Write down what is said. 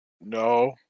no